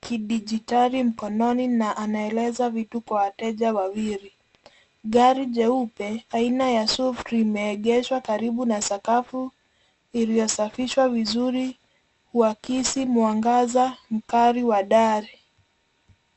kidijitali mkononi na anaeleza vitu kwa wateja wawili. Gari jeupe aina ya SUV limeegeshwa karibu na sakafu iliyosafishwa vizuri huakisi mwangaza mkali wa dari.